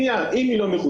הקנייה, אם היא לא מחוסנת,